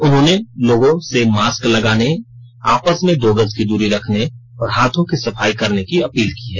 उन्होंने लोगों से मास्क लगाने आपस मे दो गज की दुरी रखने और हाथों की सफाई करने की अपील की है